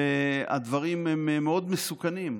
והדברים הם מאוד מסוכנים.